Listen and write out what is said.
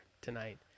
tonight